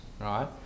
right